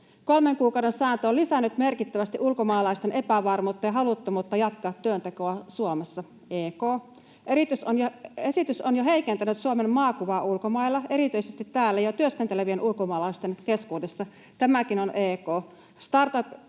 Kolmen kuukauden sääntö on lisännyt merkittävästi ulkomaalaisten epävarmuutta ja haluttomuutta jatkaa työntekoa Suomessa — EK. Esitys on jo heikentänyt Suomen maakuvaa ulkomailla, erityisesti täällä jo työskentelevien ulkomaalaisten keskuudessa — tämäkin on